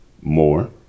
more